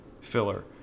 filler